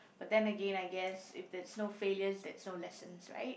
but then again I guess if there's no failures there's no lessons right